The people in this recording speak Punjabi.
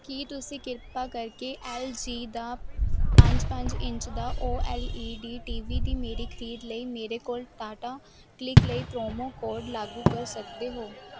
ਕੀ ਤੁਸੀਂ ਕਿਰਪਾ ਕਰਕੇ ਐੱਲ ਜੀ ਦਾ ਪੰਜ ਪੰਜ ਇੰਚ ਦਾ O L E D T V ਦੀ ਮੇਰੀ ਖਰੀਦ ਲਈ ਮੇਰੇ ਕੋਲ ਟਾਟਾ ਕਲਿਕ ਲਈ ਪ੍ਰੋਮੋ ਕੋਡ ਲਾਗੂ ਕਰ ਸਕਦੇ ਹੋ